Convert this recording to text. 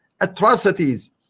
atrocities